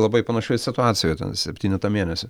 labai panašioj situacijoj ten septynetą mėnesių